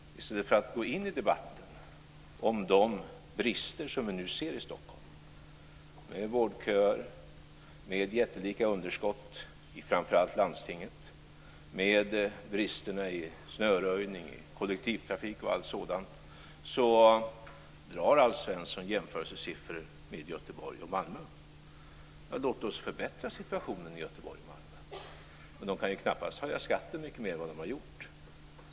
I stället för att gå in i debatten om de brister som vi nu ser i Stockholm med vårdköer, med jättelika underskott i framför allt landstinget, med brister i snöröjning och i kollektivtrafik och allt sådant drar Malmö. Låt oss då förbättra situationen i Göteborg och Malmö - men de kan knappast höja skatten mycket mer än vad de har gjort.